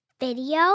video